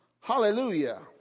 Hallelujah